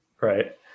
Right